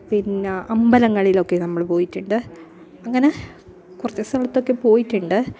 പിന്ന അമ്പലങ്ങളിൽ ഒക്കെ നമ്മൾ പോയിട്ടുണ്ട് അങ്ങനെ കുറച്ച് സ്ഥലത്തൊക്കെ പോയിട്ടുണ്ട്